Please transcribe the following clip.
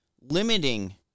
limiting